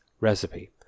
recipe